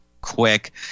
quick